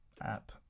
app